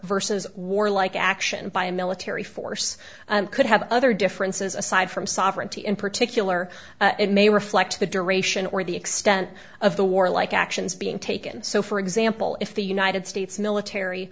a war like action by a military force could have other differences aside from sovereignty in particular it may reflect the duration or the extent of the warlike actions being taken so for example if the united states military